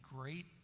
great